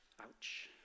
Ouch